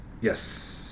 Yes